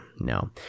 no